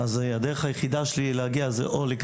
אז הדרך היחידה שלי להגיע היא או להגיע